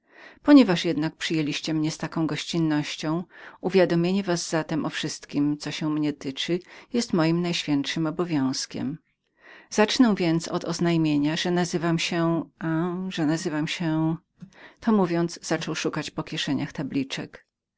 ponieważ jednak przyjęliście mnie z taką gościnnością uwiadomienie was zatem o wszystkiem co się mnie tyczy jest moim najświętszym obowiązkiem zacznę więc od oznajmienia że nazywam się że nazywam się jakto rzekła rebeka byłżebyś pan